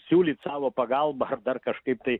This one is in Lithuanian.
siūlyt savo pagalbą ar dar kažkaip tai